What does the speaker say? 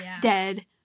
dead